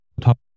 top